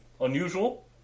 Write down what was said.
unusual